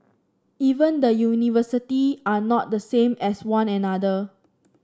even the university are not the same as one another